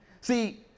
See